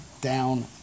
down